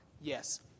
Yes